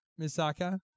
Misaka